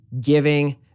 giving